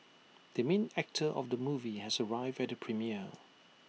the main actor of the movie has arrived at the premiere